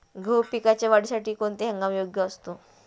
गहू पिकाच्या वाढीसाठी कोणता हंगाम योग्य असतो?